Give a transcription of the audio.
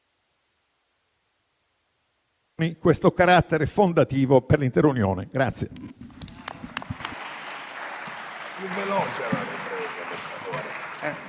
questo carattere fondativo per l'intera Unione.